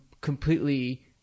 completely